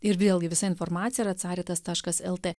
ir vėlgi visa informacija yra caritas taškas lt